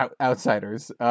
outsiders